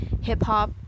hip-hop